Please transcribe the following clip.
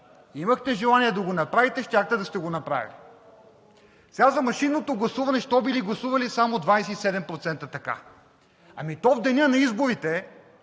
имахте желание да го направите, щяхте да сте го направили. Сега за машинното гласуване – защо били гласували само 27% така? Ами то в деня на изборите